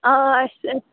آ آ اسہ چھ